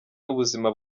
n’ubuzima